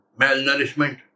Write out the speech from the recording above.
malnourishment